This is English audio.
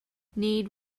need